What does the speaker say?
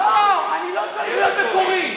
אני לא צריך להיות מקורי,